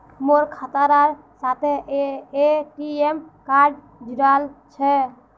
मोर खातार साथे ए.टी.एम कार्ड जुड़ाल छह